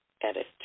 edit